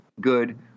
good